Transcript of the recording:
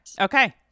Okay